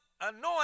anoint